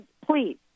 please